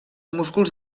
músculs